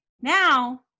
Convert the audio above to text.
Now